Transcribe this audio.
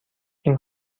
این